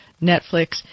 Netflix